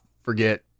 forget